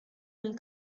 will